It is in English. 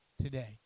today